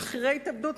במחירי התאבדות.